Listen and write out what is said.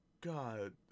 God